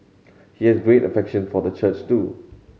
he has great affection for the church too